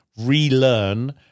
relearn